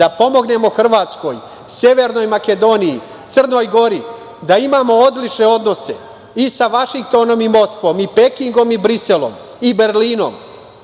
da pomognemo Hrvatskoj, Severnoj Makedoniji, Crnoj Gori, da imamo odlične odnose i sa Vašingtonom i Moskvom i Pekingom i Briselom i Berlinom